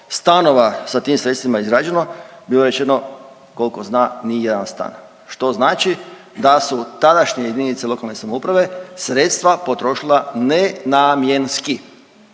stanova sa tim sredstvima izgrađeno, bilo je rečeno, koliko zna ni jedan stan. Što znači da su tadašnje jedinice lokalne samouprave sredstva potrošila nenamjenski.